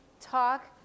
talk